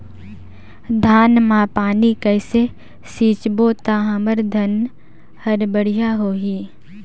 धान मा पानी कइसे सिंचबो ता हमर धन हर बढ़िया होही?